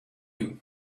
you